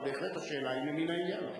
אבל בהחלט, השאלה היא ממין העניין.